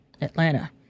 Atlanta